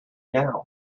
now